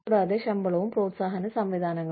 കൂടാതെ ശമ്പളവും പ്രോത്സാഹന സംവിധാനങ്ങളും